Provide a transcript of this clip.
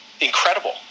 incredible